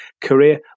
career